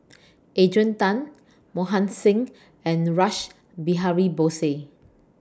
Adrian Tan Mohan Singh and Rash Behari Bose